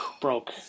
Broke